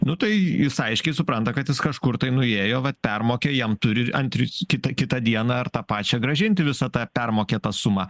nu tai jūs aiškiai supranta kad jis kažkur tai nuėjo vat permokėjo jam turi ant ri kita kitą dieną ar tą pačią grąžinti visą tą permokėtą sumą